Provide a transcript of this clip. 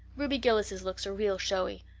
ruby gillis's looks are real showy.